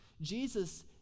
Jesus